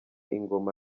ingoma